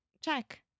check